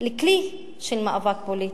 לכלי של מאבק פוליטי.